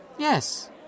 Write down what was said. Yes